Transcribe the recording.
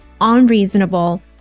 unreasonable